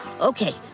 Okay